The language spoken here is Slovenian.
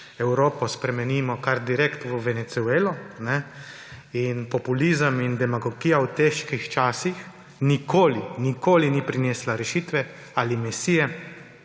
Evropo spremenimo kar direktno v Venezuelo. Populizem in demagogija v težkih časih nikoli, nikoli ni prinesla rešitve ali misije,